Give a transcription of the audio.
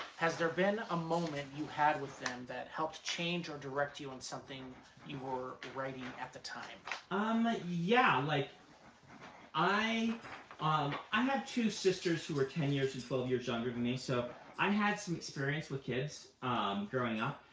has there been a moment you had with them that helped change or direct you on something you were writing at the time? brandon um like yeah. like i um i have two sisters who are ten years and twelve years younger than me, so i had some experience with kids growing up.